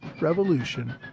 Revolution